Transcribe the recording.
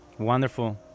Wonderful